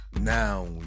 Now